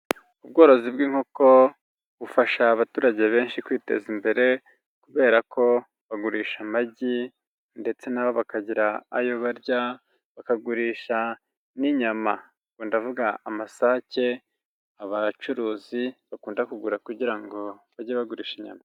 Ubworozi bw'inkoko bufasha abaturage benshi kwiteza imbere, kubera ko bagurisha amagi ndetse na bo bakagira ayo barya bakagurisha n'inyama. Ubwo ndavuga amasake, abacuruzi bakunda kugura kugira ngo bajye bagurisha inyama.